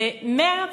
במרס,